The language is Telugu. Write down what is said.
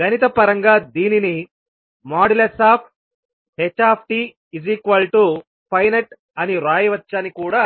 గణిత పరంగా దీనిని htfinite అని వ్రాయవచ్చని కూడా